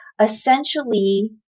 essentially